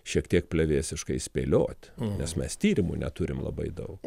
šiek tiek plevėsiškai spėliot nes mes tyrimų neturim labai daug